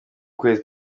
kwezi